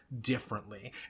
differently